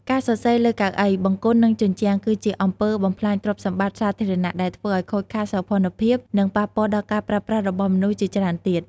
ការសរសេរលើកៅអី បង្គន់ និងជញ្ជាំង គឺជាអំពើបំផ្លាញទ្រព្យសម្បត្តិសាធារណៈ ដែលធ្វើឲ្យខូចខាតសោភ័ណភាព និងប៉ះពាល់ដល់ការប្រើប្រាស់របស់មនុស្សជាច្រើនទៀត។